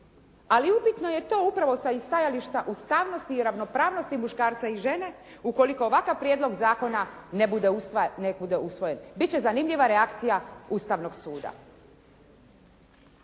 Ali upitno je to upravo sa stajališta ustavnosti i ravnopravnosti muškarca i žene ukoliko ovakav prijedlog zakona ne bude usvojen. Bit će zanimljiva reakcija Ustavnog suda.